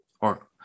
Or-